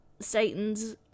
Satan's